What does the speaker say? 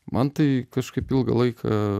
man tai kažkaip ilgą laiką